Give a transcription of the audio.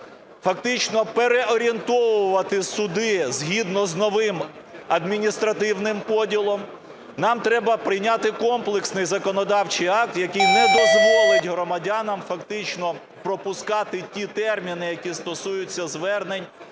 фактично переорієнтовувати суди згідно з новим адміністративним поділом, нам треба прийняти комплексний законодавчий акт, який не дозволить громадянам фактично пропускати ті терміни, які стосуються звернень